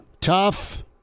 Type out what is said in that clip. Tough